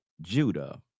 Judah